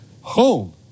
home